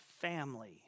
family